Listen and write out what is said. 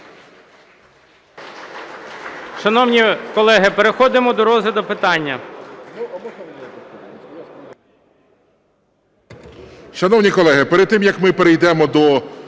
Шановні колеги, перед тим як ми перейдемо до